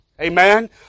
Amen